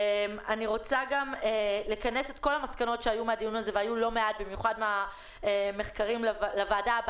אני יכולה לבקש ממך לדיון הבא שיהיה בעזרת השם למסור לוועדה,